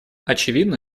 очевидно